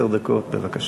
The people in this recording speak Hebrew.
עשר דקות, בבקשה.